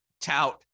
tout